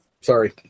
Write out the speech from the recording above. sorry